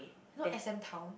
you know S_M-Town